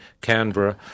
Canberra